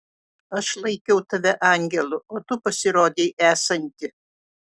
aš laikiau tave angelu o tu pasirodei esanti